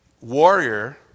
warrior